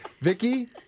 Vicky